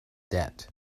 debt